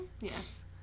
Yes